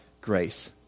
grace